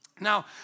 Now